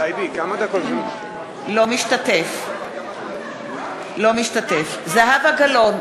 אינו משתתף בהצבעה זהבה גלאון,